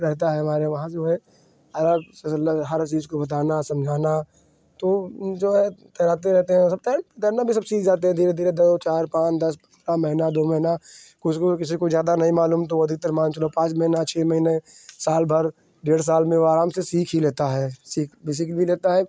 रहता है हमारे वहाँ जो है आराम से मतलब हर चीज़ को बताना समझाना तो ऊ जो है तैराते रहेते हैं औ सब तैरना तैरना भी सब सीख जाते हैं धीरे धीरे दो चार पाँच दस पन्द्रह महीना दो महीना कुछ को किसी को ज़्यादा नहीं मालूम तो वह अधिकतर मानकर चलो पाँच महीना छः महीने साल भर डेढ़ साल में वह आराम से सीख ही लेता है सीख भी सीख भी लेता है